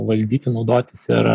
valdyti naudotis ir